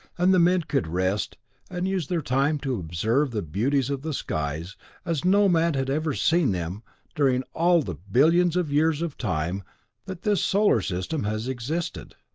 and the men could rest and use their time to observe the beauties of the skies as no man had ever seen them during all the billions of years of time that this solar system has existed.